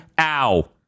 ow